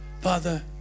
Father